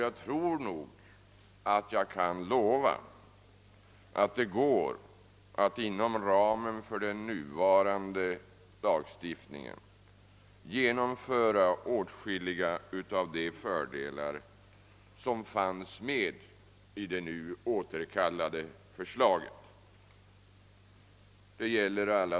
Jag tror jag redan nu kan lova att det är möjligt att inom ramen för nuvarande lagstiftning genomföra åtskilliga av de fördelar som fanns med i det nu återkallade förslaget.